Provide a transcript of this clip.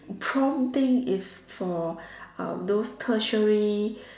prom thing is for uh those tertiary